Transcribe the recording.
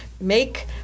make